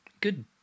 good